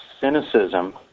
cynicism